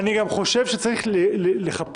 אני גם חושג שצריך לחפש,